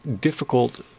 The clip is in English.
difficult